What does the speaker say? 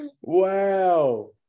Wow